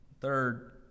third